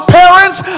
parents